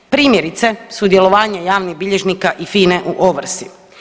Primjerice, sudjelovanje javnih bilježnika i FINA-e u ovrsi.